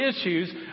issues